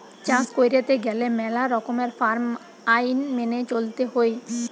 চাষ কইরতে গেলে মেলা রকমের ফার্ম আইন মেনে চলতে হৈ